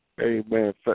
Amen